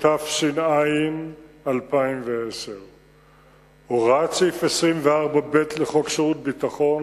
התש"ע 2010. הוראת סעיף 24ב לחוק שירות הביטחון,